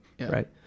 right